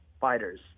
fighters